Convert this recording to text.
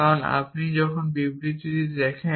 কারণ আপনি যখন এই বিবৃতিটি দেখেন